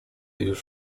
już